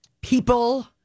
people